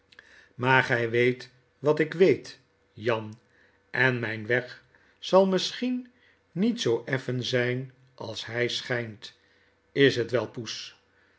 maar gg weet wat ik weet jan en mgn weg zal misschien niet zoo effen zijn als hg schgnt is het wel poes